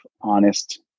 honest